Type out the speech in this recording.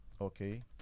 okay